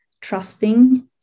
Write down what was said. trusting